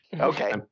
Okay